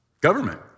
Government